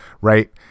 right